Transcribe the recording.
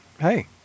hey